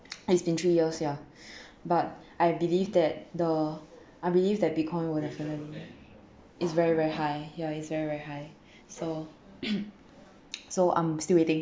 it's been three years ya but I believe that the I believe that bitcoin would definitely it's very very high yeah it's very very high so so I'm still waiting